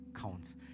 counts